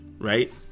right